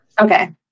Okay